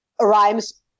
rhymes